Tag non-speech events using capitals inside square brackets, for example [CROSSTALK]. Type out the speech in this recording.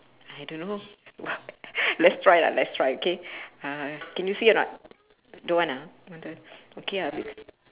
I dunno !wah! [LAUGHS] let's try lah let's try K uh can you see or not don't want ah mm K okay ah